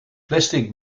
plastic